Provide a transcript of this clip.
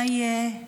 מה יהיה?